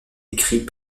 écrit